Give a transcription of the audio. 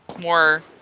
more